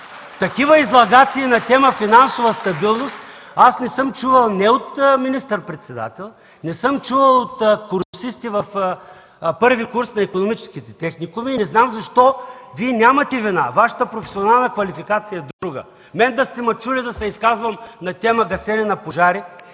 такива излагации на тема финансова стабилност не съм чувал не от министър-председател, не съм чувал от курсисти в първи курс на икономическите техникуми. Вие нямате вина, Вашата професионална квалификация е друга. Мен да сте ме чули да се изказвам на тема гасене на пожари?